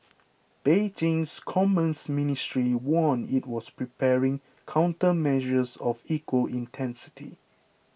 Beijing's commerce ministry warned it was preparing countermeasures of equal intensity